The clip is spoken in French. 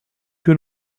que